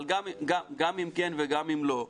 אבל גם אם כן וגם אם לא,